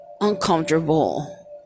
uncomfortable